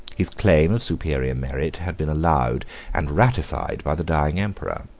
his claim of superior merit had been allowed and ratified by the dying emperor.